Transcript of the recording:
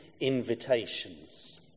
invitations